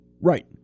Right